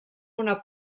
una